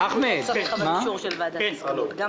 אני